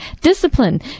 discipline